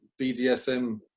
BDSM